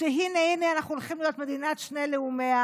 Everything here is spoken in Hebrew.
שהינה הינה אנחנו הולכים להיות מדינת שני לאומיה,